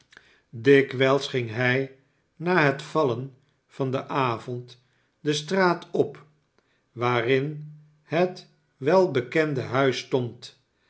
dikwijls ging hij na het vallen van den avond de straat op waarin het welbekende huis stond